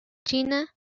china